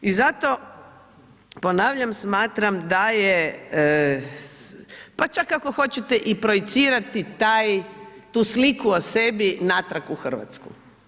I zato ponavljam smatram da je pa čak ako hoćete i projicirati taj, tu sliku o sebi natrag u Hrvatsku.